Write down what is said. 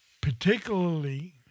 particularly